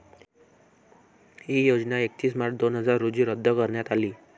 ही योजना एकतीस मार्च दोन हजार रोजी रद्द करण्यात आली